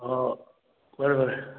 ꯑꯣ ꯐꯔꯦ ꯐꯔꯦ